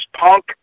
punk